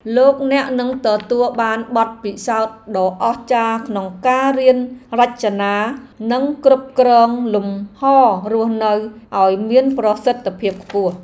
លោកអ្នកនឹងទទួលបានបទពិសោធន៍ដ៏អស្ចារ្យក្នុងការរៀនរចនានិងគ្រប់គ្រងលំហររស់នៅឱ្យមានប្រសិទ្ធភាពខ្ពស់។